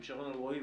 עם שרון אלרעי,